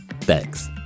Thanks